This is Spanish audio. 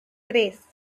tres